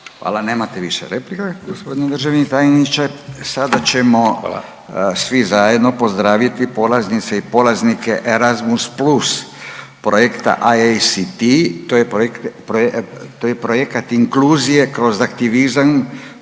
Hvala. Nemate više replika gospodine državni tajniče. Sada ćemo svi zajedno pozdraviti polaznice i polaznike ERASMUS+ projekta ISCT. To je projekat inkluzije kroz aktivizam,